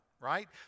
right